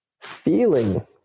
feeling